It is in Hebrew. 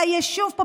על היישוב פה.